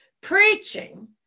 preaching